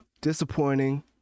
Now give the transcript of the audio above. disappointing